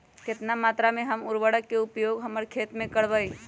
कितना मात्रा में हम उर्वरक के उपयोग हमर खेत में करबई?